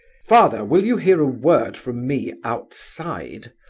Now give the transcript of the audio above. father, will you hear a word from me outside!